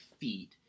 feet